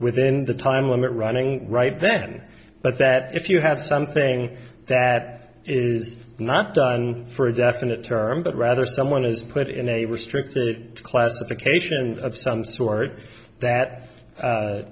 within the time limit running right then but that if you have something that is not done for a definite term but rather someone is put in a restricted classification of some sort that